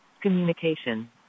Communication